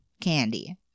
candy